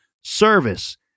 service